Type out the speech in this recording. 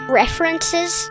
references